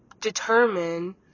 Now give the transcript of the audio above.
determine